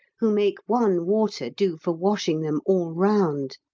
who make one water do for washing them all round!